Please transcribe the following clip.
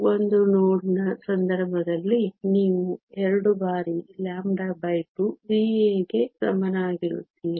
1 node ನ ಸಂದರ್ಭದಲ್ಲಿ ನೀವು 2 ಬಾರಿ 2 3a ಗೆ ಸಮನಾಗಿರುತ್ತೀರಿ